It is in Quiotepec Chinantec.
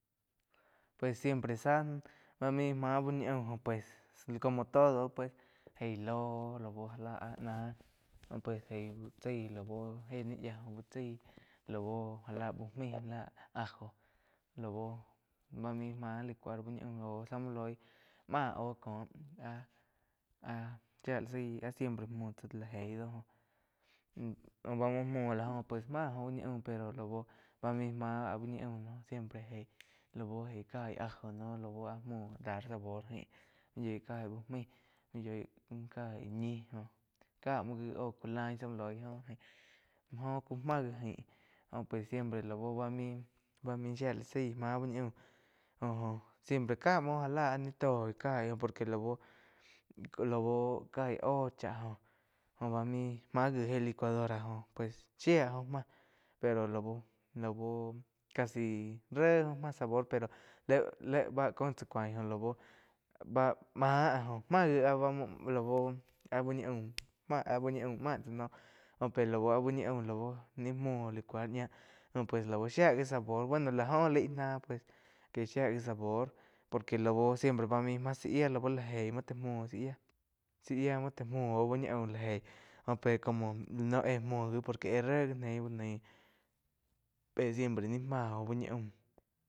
Pues siempre záh bá mai má bu ñi aum jo pues como todo pues jéi loh óh laú já láh áh náh jo pues eíh uh chai lau héh ni yía úh chaí laú já la úh maíh ajo lau ba main máh licuar úh ñi aum záh muo loih máh óh cóh áh-áh shía la zaí áh siempre muo tsá lá eí do. Ba muoh muo la jó pues máh ou uh ñi aum pero lau báh main máh áh úh ñi aum. Siempre lau eig kaí ajo noh lau áh muo dar sabor muo yói caig úh maíh, muoh yoih caig ñi joh cá muo gi óh ku laín joh ku máh gi jaín óh pues siempre laau bá main shía lá zaíh máh bu ñi aum jo-jo siempre ká muo já láh ni toi caig por que lauh-lauh kaíg óh chá jóh bá má gi éh licuadora pues shía óh máh pero lau-lau casi réh óh máh sabor léh-léh báh kó tsá cuain jo lau báh máh magi laú áh uh ñi aum ma, áh uh ñi aum ma tsá noh jo pe áh úh ñi aum lau ni múo licuar ñáh joh pues lau shía gi sabor bueno lá joh laig náh que shía gi sabor por que lau siempre lau bá mai máh zá yíah jéi muo tá muo zá yía muo tá muoóh úh ñi aum lá jeí óh pe como la noh éh muo gi por que éh ré gi neí uh náí pe siempre nai máh óh úh ñi aum.